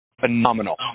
phenomenal